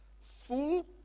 full